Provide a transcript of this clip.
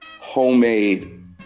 homemade